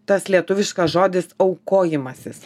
tas lietuviškas žodis aukojimasis